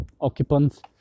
occupants